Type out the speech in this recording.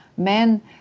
men